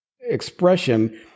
expression